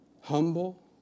humble